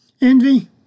Envy